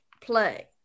play